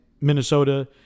Minnesota